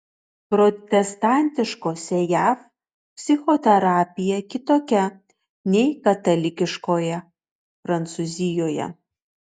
protestantiškose jav psichoterapija kitokia nei katalikiškoje prancūzijoje